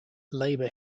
labour